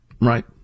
Right